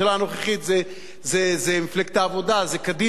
זה מפלגת העבודה, זה קדימה, זה הליכוד, זה כולם.